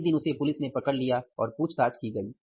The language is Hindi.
एक दिन उसे पुलिस ने पकड़ लिया और पूछताछ की गई